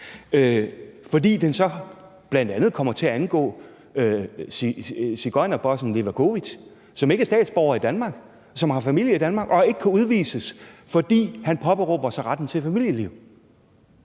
fordi den så bl.a. kommer til at angå sigøjnerbossen Levakovic, som ikke er statsborger i Danmark, men som har familie i Danmark, og som ikke kan udvises, fordi han påberåber sig retten til et familieliv.